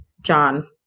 john